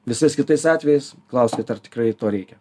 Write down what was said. visais kitais atvejais klauskit ar tikrai to reikia